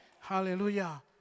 hallelujah